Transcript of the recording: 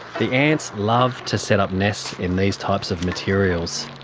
the ants love to set up nests in these types of materials.